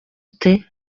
gute